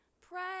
Pray